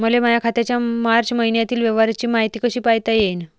मले माया खात्याच्या मार्च मईन्यातील व्यवहाराची मायती कशी पायता येईन?